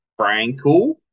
Frankel